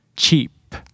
Cheap